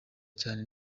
cyane